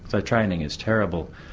so training is terrible.